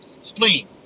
spleen